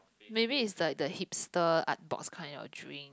maybe it's like the hipster art box kind of drink